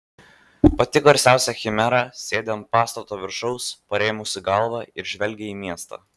pati garsiausia chimera sėdi ant pastato viršaus parėmusi galvą ir žvelgia į miestą